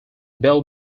bell